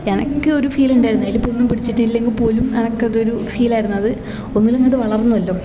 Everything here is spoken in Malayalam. എനക്കൊരു ഫീലും ഉണ്ടായിരുന്നില്ല അതിലിപ്പം ഒന്നും പിടിച്ചിട്ടില്ലെങ്കിൽ പോലും എനിക്കതൊരു ഫീലായിരുന്നു അത് ഒന്നൂല്ലങ്കിലും അത് വളർന്നുവല്ലോ